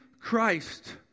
Christ